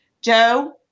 Joe